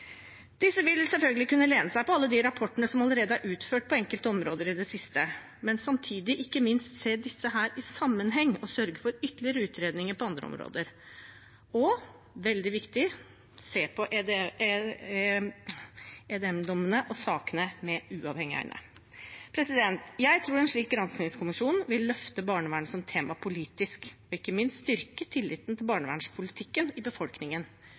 Disse vil selvfølgelig kunne lene seg på alle de rapportene som allerede er utført på enkelte områder i det siste, og samtidig se disse i sammenheng og sørge for ytterligere utredninger på andre områder, og – veldig viktig – se på EMD-dommene og -sakene med uavhengige øyne. Jeg tror en slik granskningskommisjon vil løfte barnevernet som tema politisk og ikke minst styrke tilliten til barnevernspolitikken i befolkningen,